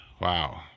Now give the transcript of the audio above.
Wow